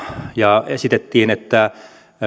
ja esitettiin että